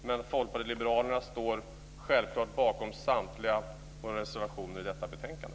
Men Folkpartiet liberalerna står självfallet bakom samtliga våra reservationer i detta betänkande.